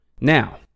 now